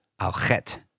Alchet